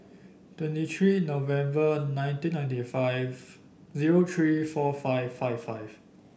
twenty three November nineteen ninety five zero three four five five five